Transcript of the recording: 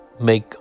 make